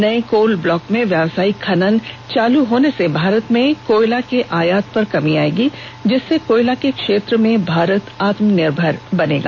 नए coal block में व्यवसायिक खनन चालू होने से भारत में कोयला के आयात में कमी आएगी जिससे कोयला के क्षेत्र में भारत आत्मनिर्भर बनेगा